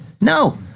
No